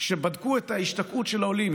כשבדקו את ההשתקעות של העולים,